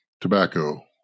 tobacco